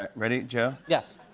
um ready, joe? yes.